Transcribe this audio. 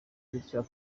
bityo